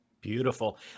Beautiful